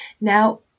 Now